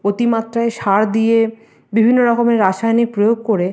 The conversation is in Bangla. অতিমাত্রায় সার দিয়ে বিভিন্ন রকমের রাসায়নিক প্রয়োগ করে